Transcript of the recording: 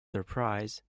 surprise